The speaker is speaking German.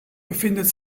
befindet